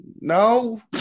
no